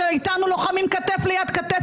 שאיתנו לוחמים כתף ליד כתף,